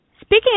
Speaking